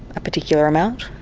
a particular amount,